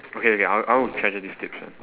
okay okay I'll I'll treasure these tips alright